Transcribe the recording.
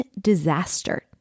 Disaster